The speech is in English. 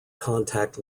contact